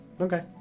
Okay